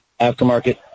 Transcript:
aftermarket